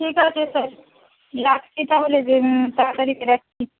ঠিক আছে স্যার রাখছি তাহলে তাড়াতাড়ি বেরোচ্ছি